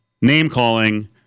name-calling